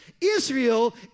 Israel